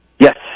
Yes